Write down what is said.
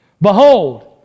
Behold